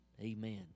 Amen